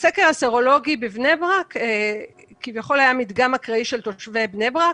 בסקר הסרולוגי בבני-ברק כביכול היה מדגם אקראי של תושבי בני-ברק.